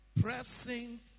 present